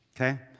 Okay